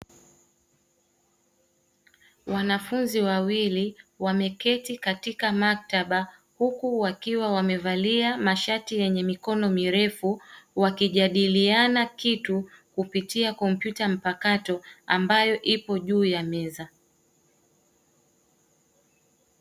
Wanafunzi wawili wameketi katika maktaba huku wakiwa wamevalia mashati yenye mikono mirefu wakijadiliana kitu kupitia kompyuta mpakato amabyo ipo juu ya meza.